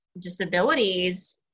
disabilities